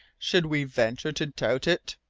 should we venture to doubt it?